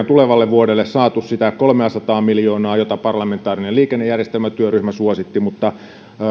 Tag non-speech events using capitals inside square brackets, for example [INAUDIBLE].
[UNINTELLIGIBLE] tulevalle vuodelle saatu sitä kolmeasataa miljoonaa jota parlamentaarinen liikennejärjestelmätyöryhmä suositti mutta